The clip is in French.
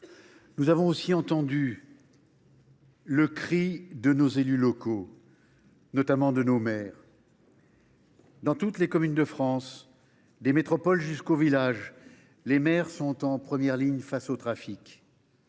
Nous avons aussi entendu le cri de nos élus locaux, notamment de nos maires. Dans toutes les communes de France, des métropoles jusqu’aux villages, ils sont en première ligne face aux trafics.